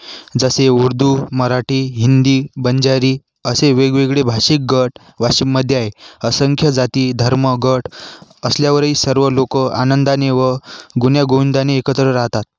जसे उर्दू मराठी हिंदी बंजारी असे वेगवेगळे भाषिक गट वाशिममध्ये आहे असंख्य जाती धर्म गट असल्यावरही सर्व लोकं आनंदाने व गुण्यागोविंदाने एकत्र राहतात